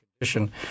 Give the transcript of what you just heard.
condition